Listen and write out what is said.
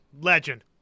legend